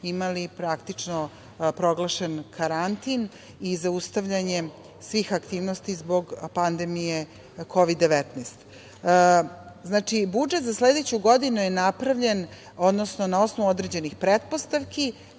imali praktično proglašen karantin i zaustavljanje svih aktivnosti zbog pandemije Kovid 19.Znači, budžet za sledeću godinu je napravljen na osnovu određenih pretpostavki.